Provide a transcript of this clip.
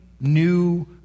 new